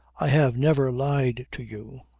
i have never lied to you.